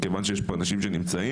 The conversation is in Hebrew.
מכיוון שיש פה אנשים שנמצאים,